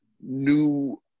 new